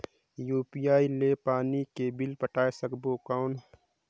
UPI ले पानी के बिल पटाय सकबो कौन?